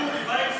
הוא בא עם שרה.